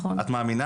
אדם,